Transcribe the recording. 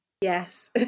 yes